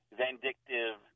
vindictive